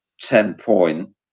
ten-point